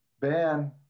Ben